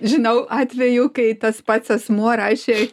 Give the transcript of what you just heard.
žinau atvejų kai tas pats asmuo rašė